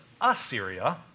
Assyria